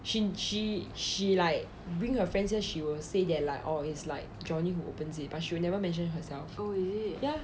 she she she like bring her friends says she will say that like oh is like johnny who opens it but she never mentioned herself fully